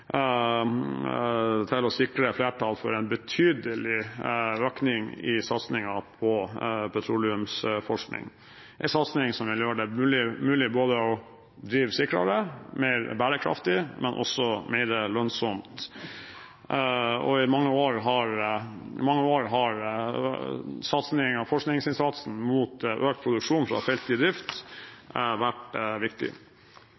sikre en betydelig økning i satsingen på petroleumsforskning, en satsing som vil gjøre det mulig å drive både sikrere, mer bærekraftig og også mer lønnsomt. I mange år har forskingsinnsatsen mot økt produksjon fra felt i drift vært viktig. Bare siden 2010 har reservetilveksten fra felt i drift vært